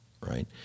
right